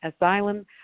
asylum